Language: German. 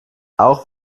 auch